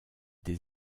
des